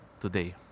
today